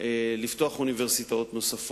לפתוח אוניברסיטאות נוספות.